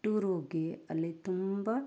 tour ಹೋಗಿ ಅಲ್ಲಿ ತುಂಬ